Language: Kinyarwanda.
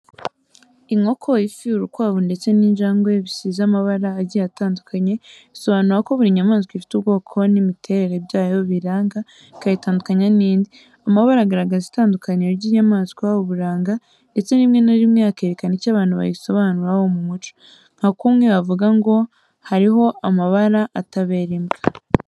Inkoko, ifi, urukwavu, ndetse n'injangwe bisize amabara agiye atandukanye. Bisobanura ko buri nyamaswa ifite ubwoko n’imiterere byayo biyiranga bikayitandukanya n'indi. Amabara agaragaza itandukaniro ry’inyamaswa, uburanga, ndetse rimwe na rimwe akerekana icyo abantu bayisobanuraho mu muco, nka kumwe bavuga ngo hari ho amabara atabera imbwa.